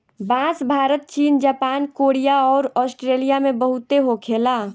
बांस Bharat Cheen Japan Korea अउर Australia में बहुते होखे ला